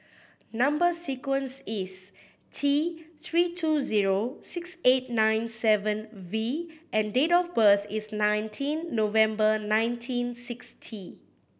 number sequence is T Three two zero six eight nine seven V and date of birth is nineteen November nineteen sixty